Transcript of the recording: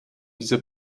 dieser